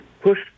push